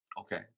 okay